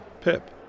Pip